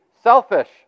selfish